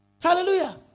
Hallelujah